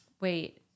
wait